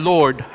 Lord